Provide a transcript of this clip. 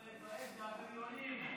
הבריונים,